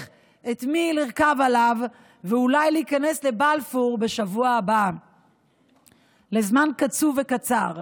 מישהו לרכוב עליו ואולי להיכנס לבלפור בשבוע הבא לזמן קצוב וקצר,